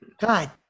God